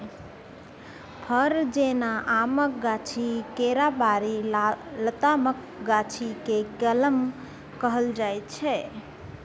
फर जेना आमक गाछी, केराबारी, लतामक गाछी केँ कलम कहल जाइ छै